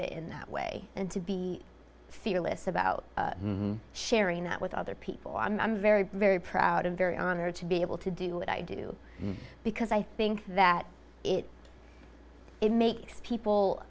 it in that way and to be fearless about sharing that with other people and i'm very very proud and very honored to be able to do what i do because i think that it it makes people